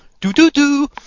Do-do-do